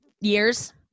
years